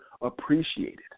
appreciated